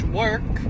work